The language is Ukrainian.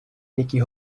які